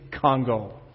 Congo